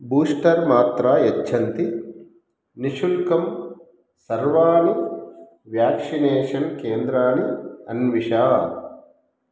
booster मात्रा यच्छन्ती निःशुल्कं सर्वाणि व्याक्षिनेषन् केन्द्राणि अन्विष